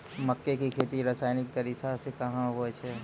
मक्के की खेती रसायनिक तरीका से कहना हुआ छ?